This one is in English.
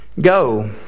Go